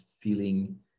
feeling